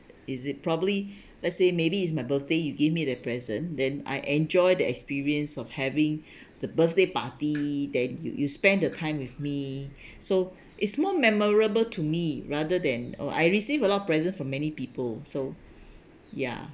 is it probably let's say maybe it's my birthday you give me the present then I enjoy the experience of having the birthday party that you you spend the time with me so it's more memorable to me rather than oh I receive a lot of present from many people so ya